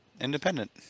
Independent